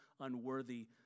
unworthy